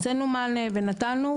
הצאנו מענה ונתנו,